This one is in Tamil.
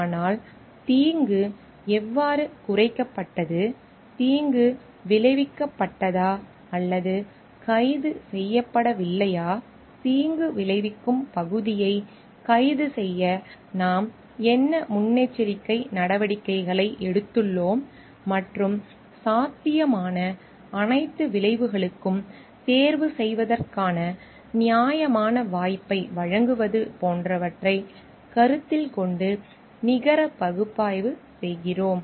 ஆனால் தீங்கு எவ்வாறு குறைக்கப்பட்டது தீங்கு விளைவிக்கப்பட்டதா அல்லது கைது செய்யப்படவில்லையா தீங்கு விளைவிக்கும் பகுதியைக் கைது செய்ய நாம் என்ன முன்னெச்சரிக்கை நடவடிக்கைகளை எடுத்துள்ளோம் மற்றும் சாத்தியமான அனைத்து விளைவுகளுக்கும் தேர்வு செய்வதற்கான நியாயமான வாய்ப்பை வழங்குவது போன்றவற்றைக் கருத்தில் கொண்டு நிகர பகுப்பாய்வு செய்கிறோம்